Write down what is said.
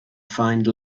find